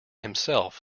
himself